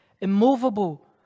immovable